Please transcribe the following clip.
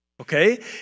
Okay